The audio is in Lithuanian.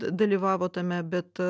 dalyvavo tame bet